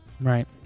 Right